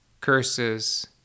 curses